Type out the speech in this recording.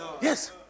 Yes